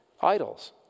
idols